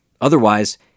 Otherwise